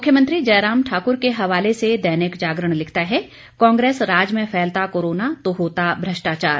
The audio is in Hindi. मुख्यमंत्री जयराम ठाकुर के हवाले से दैनिक जागरण लिखता है कांग्रेस राज में फैलता कोरोना तो होता भ्रष्टाचार